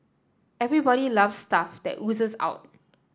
everybody love stuff that oozes out